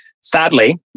Sadly